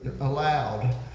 allowed